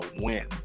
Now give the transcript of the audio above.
win